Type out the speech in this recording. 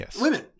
women